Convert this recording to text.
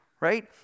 right